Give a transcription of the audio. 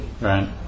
Right